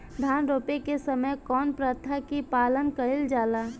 धान रोपे के समय कउन प्रथा की पालन कइल जाला?